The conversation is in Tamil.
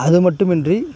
அதுமட்டுமின்றி